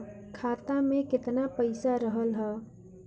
खाता में केतना पइसा रहल ह?